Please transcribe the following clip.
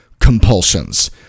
compulsions